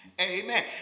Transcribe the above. Amen